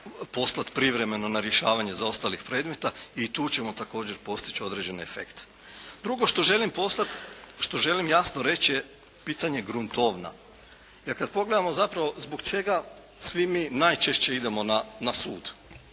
poslat privremeno na rješavanje zaostalih predmeta i tu ćemo također postići određene efekte. Drugo što želim jasno reći je pitanje gruntovna. Jer kad pogledamo zapravo zbog čega svi mi najčešće idemo na sud?